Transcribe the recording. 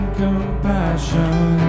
compassion